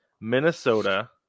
Minnesota